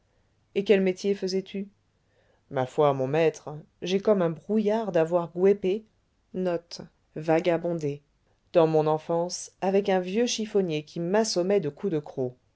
et quel métier faisais tu ma foi mon maître j'ai comme un brouillard d'avoir gouépé dans mon enfance avec un vieux chiffonnier qui m'assommait de coups de croc